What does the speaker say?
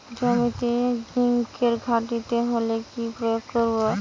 জমিতে জিঙ্কের ঘাটতি হলে কি প্রয়োগ করব?